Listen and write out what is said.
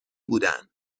بودن